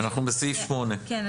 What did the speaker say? אנחנו בסעיף 8. כן,